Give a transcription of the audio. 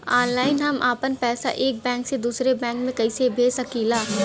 Online हम आपन पैसा एक बैंक से दूसरे बैंक में कईसे भेज सकीला?